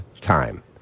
time